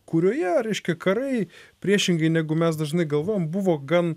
kurioje reiškia karai priešingai negu mes dažnai galvojam buvo gan